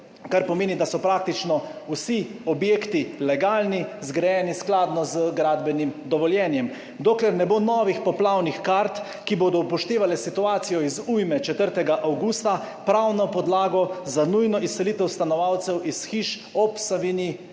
kar pomeni, da so praktično vsi objekti legalni, zgrajeni skladno z gradbenim dovoljenjem. Dokler ne bo novih poplavnih kart, ki bodo upoštevale situacijo iz ujme 4. avgusta, pravne podlage za nujno izselitev stanovalcev iz hiš ob Savinji